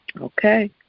Okay